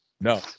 No